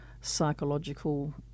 psychological